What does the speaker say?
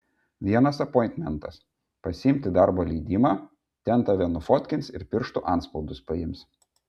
vienas apointmentas pasiimti darbo leidimą ten tave nufotkins ir pirštų antspaudus paims